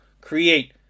create